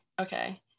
okay